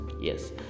yes